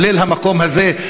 כולל המקום הזה,